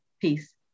Peace